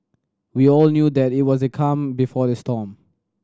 we all knew that it was the calm before the storm